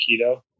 keto